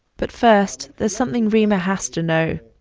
but first, there's something reema has to know.